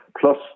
plus